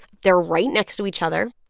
they're right next to each other,